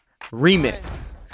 remix